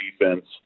defense